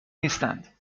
نیستند